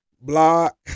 Block